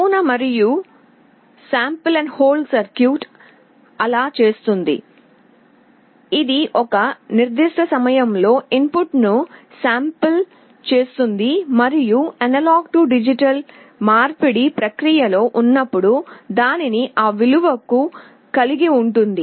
నమూనా మరియు hold circuit అలా చేస్తుంది ఇది ఒక నిర్దిష్ట సమయంలో ఇన్పుట్ను శాంపిల్ చేస్తుంది మరియు A D మార్పిడి ప్రక్రియలో ఉన్నప్పుడు దాన్ని ఆ విలువకు కలిగి ఉంటుంది